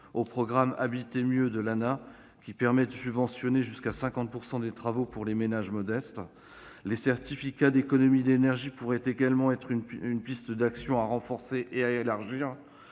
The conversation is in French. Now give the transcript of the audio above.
au programme « Habiter mieux » de l'ANAH, qui permet de subventionner jusqu'à 50 % des travaux pour les ménages modestes. Les certificats d'économies d'énergie pourraient également constituer une piste d'action à renforcer et à élargir.